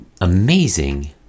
amazing